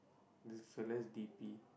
this fella's d_p